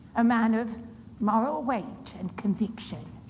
a man of moral weight and conviction.